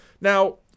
Now